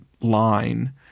line